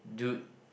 dude